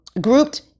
grouped